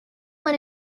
want